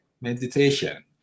meditation